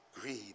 Greed